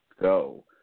go